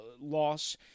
loss